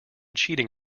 cheating